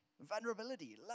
vulnerability